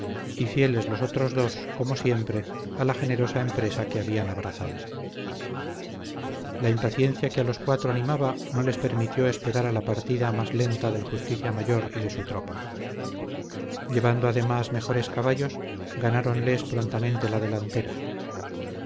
y fieles los otros dos como siempre a la generosa empresa que habían abrazado la impaciencia que a los cuatro animaba no les permitió esperar a la partida más lenta del justicia mayor y de su tropa llevando además mejores caballos ganáronles prontamente la delantera